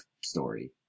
story